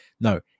No